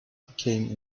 became